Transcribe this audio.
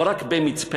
לא רק במצפה-נטופה.